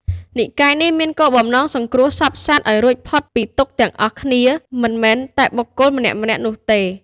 និកាយនេះមានគោលបំណងសង្គ្រោះសព្វសត្វឱ្យរួចផុតពីទុក្ខទាំងអស់គ្នា មិនមែនតែបុគ្គលម្នាក់ៗនោះទេ។